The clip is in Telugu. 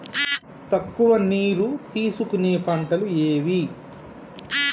తక్కువ నీరు తీసుకునే పంటలు ఏవి?